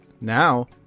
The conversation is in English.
now